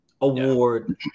award